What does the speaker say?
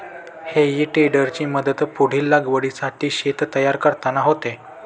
हेई टेडरची मदत पुढील लागवडीसाठी शेत तयार करताना होते